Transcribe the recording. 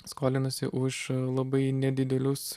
skolinasi už labai nedidelius